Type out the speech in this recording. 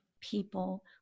people